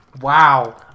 Wow